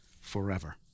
forever